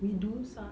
we do some